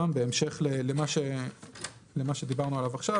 גם בהמשך למה שדיברנו עליו עכשיו,